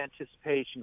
anticipation